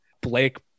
Blake